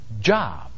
job